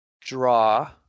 draw